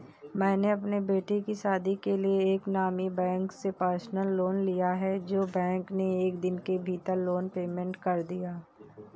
मैंने अपने बेटे की शादी के लिए एक नामी बैंक से पर्सनल लोन लिया है जो बैंक ने एक दिन के भीतर लोन पेमेंट कर दिया